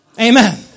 Amen